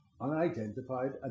Unidentified